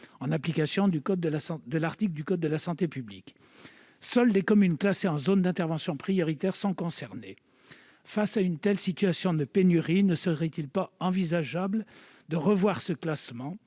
en application du code de la santé publique. Seules les communes classées en zone d'intervention prioritaire sont concernées. Face à une telle situation de pénurie, ne serait-il pas envisageable de revoir ce classement ?